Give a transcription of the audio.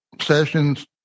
sessions